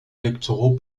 électoraux